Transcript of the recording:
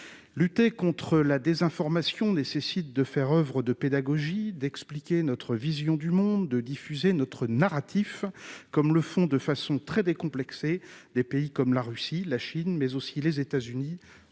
lutter contre la désinformation nécessite de faire oeuvre de pédagogie, d'expliquer notre vision du monde de diffuser notre narratif, comme le font de façon très décomplexée des pays comme la Russie, la Chine, mais aussi les États-Unis